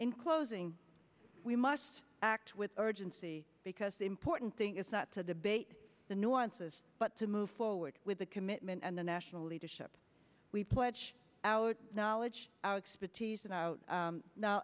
in closing we must act with urgency because the important thing is not to debate the nuances but to move forward with the commitment and the national leadership we pledge our knowledge our expertise and out